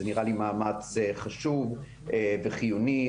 זה נראה לי מאמץ חשוב וחיוני.